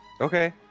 Okay